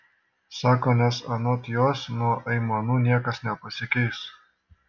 sako nes anot jos nuo aimanų niekas nepasikeis